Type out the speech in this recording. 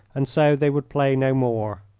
and so they would play no more.